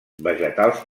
vegetals